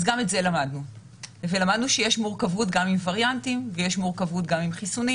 למדנו שיש מורכבות עם וריא נטים ויש מורכבות עם חיסונים